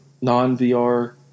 non-VR